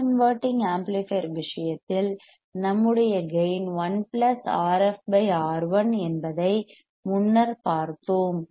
நான் inverting amplifier விஷயத்தில் நம்முடைய கேயின் 1 Rf R1 என்பதை முன்னர் பார்த்தோம்